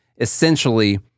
essentially